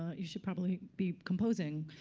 you should probably be composing.